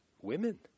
women